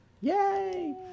Yay